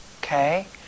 Okay